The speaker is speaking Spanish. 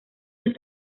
los